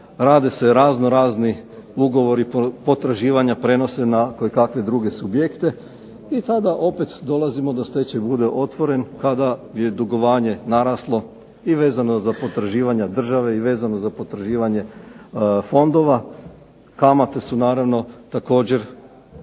rade se raznorazni ugovori, potraživanja prenose na kojekakve druge subjekte. I tada opet dolazimo da stečaj bude otvoren kada je dugovanje naraslo i vezano je za potraživanja države i vezano je za potraživanje fondova. Kamate su naravno također